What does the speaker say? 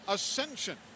Ascension